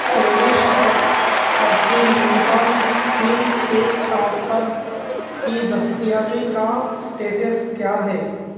cherish X cursor unicorn theme cake top پر کی دستیابی کا اسٹیٹس کیا ہے